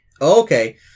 Okay